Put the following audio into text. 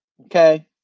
Okay